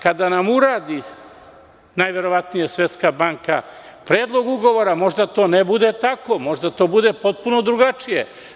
Kada nam uradi najverovatnije Svetska banka predlog ugovora, možda to ne bude tako, možda to bude potpuno drugačije.